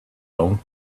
long